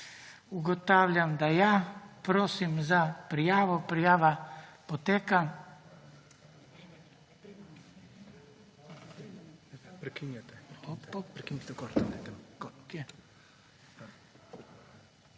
ugotavljam, da ja. Prosim za prijavo. Prijava poteka.